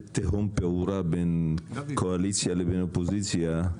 תהום פעורה בין קואליציה לבין אופוזיציה,